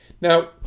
Now